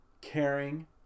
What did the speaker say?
caring